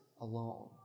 alone